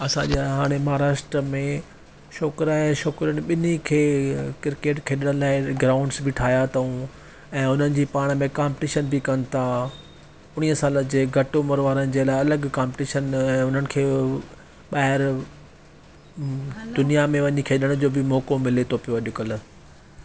असांजा हाणे महाराष्ट्र में छोकिरा या छोकिरियुनि ॿिनी खे इहे किरकेट खेॾण लाइ ग्राउंड्स बि ठाहियां अथऊं ऐं हुननि जी पाण में कॉम्पटीशन बि कनि था उणिवीह साल जे घटि उमिरि वारनि जे लाइ अलॻि कॉम्पटीशन हुननि खे बाहिरि हैलो दुनिया में वञी खेॾण जो मौक़ो मिले थो पियो अॼुकल्ह